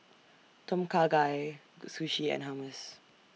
Tom Kha Gai Sushi and Hummus